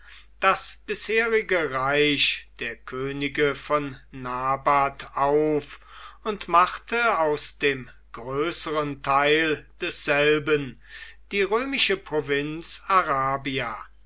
das bisherige reich der könige von nabat auf und machte aus dem größeren teil desselben die römische provinz